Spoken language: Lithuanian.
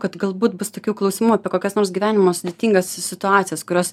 kad galbūt bus tokių klausimų apie kokias nors gyvenimo sudėtingas situacijas kurios